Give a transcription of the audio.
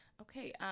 Okay